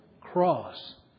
cross